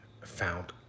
found